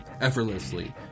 Effortlessly